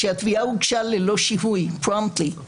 שהתביעה הוגשה ללא שיהוי promptly; ארבע,